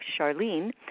Charlene